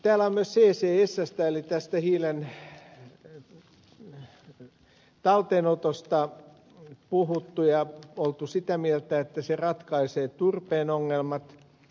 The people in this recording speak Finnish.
täällä on myös ccsstä eli tästä hiilen talteenotosta puhuttu ja oltu sitä mieltä että se ratkaisee turpeen ongelmat